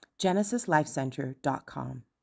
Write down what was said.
genesislifecenter.com